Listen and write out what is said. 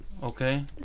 okay